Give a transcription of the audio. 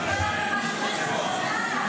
למה --- למה?